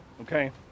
Okay